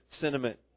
sentiment